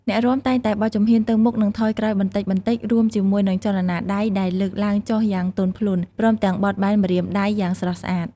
អ្នករាំតែងតែបោះជំហានទៅមុខ និងថយក្រោយបន្តិចៗ រួមជាមួយនឹងចលនាដៃដែលលើកឡើងចុះយ៉ាងទន់ភ្លន់ ព្រមទាំងបត់បែនម្រាមដៃយ៉ាងស្រស់ស្អាត។